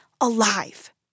alive